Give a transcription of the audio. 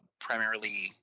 primarily